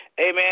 Amen